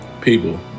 people